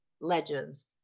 legends